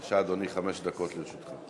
בבקשה, אדוני, חמש דקות לרשותך.